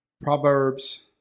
Proverbs